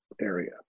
area